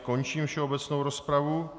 Končím všeobecnou rozpravu.